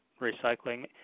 recycling